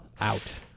Out